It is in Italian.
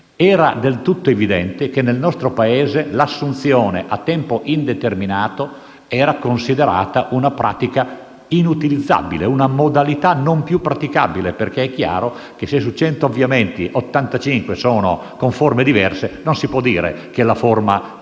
Era del tutto evidente che nel nostro Paese l'assunzione a tempo indeterminato era considerata una pratica inutilizzabile, una modalità non più praticabile; perché, chiaramente, se su 100 avviamenti 85 sono con forme diverse, non si può dire che la forma classica